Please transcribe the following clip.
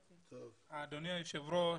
אדוני היושב ראש,